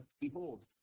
behold